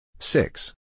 Six